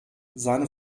seine